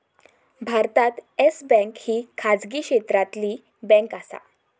भारतात Yes Bank ही खाजगी क्षेत्रातली बँक आसा